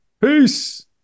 Peace